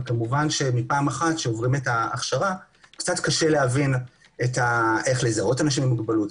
וכמובן שמפעם אחת קצת קשה להבין איך לזהות אנשים עם מוגבלות,